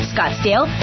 Scottsdale